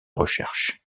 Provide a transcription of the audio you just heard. recherches